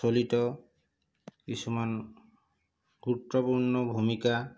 প্ৰচলিত কিছুমান গুৰুত্বপূৰ্ণ ভূমিকা